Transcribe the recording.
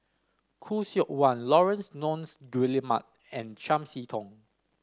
Khoo Seok Wan Laurence Nunns Guillemard and Chiam See Tong